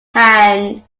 hand